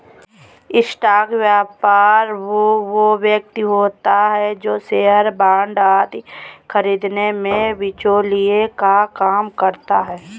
stock व्यापारी वो व्यक्ति होता है जो शेयर बांड आदि खरीदने में बिचौलिए का काम करता है